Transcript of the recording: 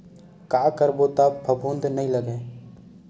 का करबो त फफूंद नहीं लगय?